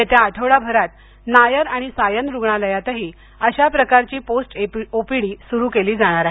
येत्या आठवडाभरात नायर आणि सायन रुग्णालयातही अशा प्रकारची पोस्ट ओपीडी सुरू केली जाणार आहे